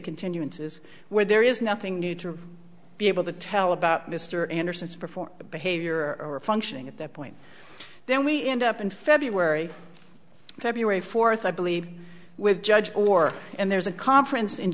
continuances where there is nothing new to be able to tell about mr anderson's before the behavior or functioning at that point then we end up in february february fourth i believe with judge or and there's a conference in